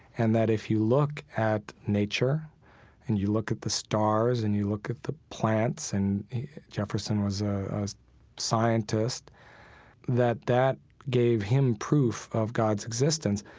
and that if you look at nature and you look at the stars and you look at the plants and jefferson was a scientist that that gave him proof of god's existence.